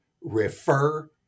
refer